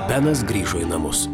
benas grįžo į namus